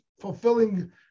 fulfilling